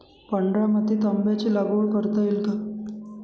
पांढऱ्या मातीत आंब्याची लागवड करता येईल का?